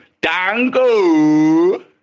Dango